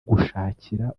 gushakira